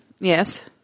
Yes